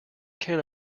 can’t